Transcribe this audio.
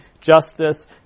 justice